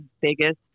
biggest